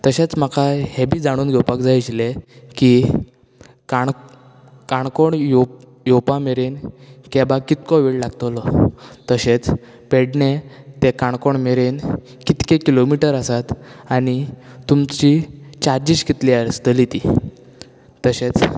तशेंच म्हाकाय हें बी जाणून घेवपाक जाय आशिल्लें की काण काणकोण योव योवपा मेरेन कॅबाक कितको वेळ लागतलो तशेंच पेडणें तें काणकोण मेरेन कितके किलोमिटर आसात आनी तुमची चार्जीस कितली आसतली ती तशेंच